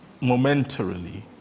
momentarily